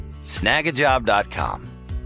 snagajob.com